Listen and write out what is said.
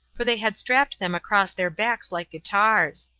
for they had strapped them across their backs like guitars.